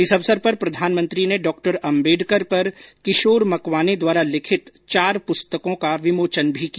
इस अवसर पर प्रधानमंत्री ने डॉ अम्बेडकर पर किशोर मकवाने द्वारा लिखित चार पुस्तकों का विमोचन भी किया